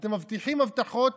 אתם מבטיחים הבטחות,